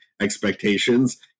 expectations –